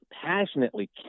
passionately